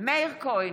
מאיר כהן,